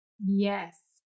Yes